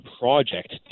project